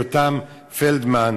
יותם פלדמן,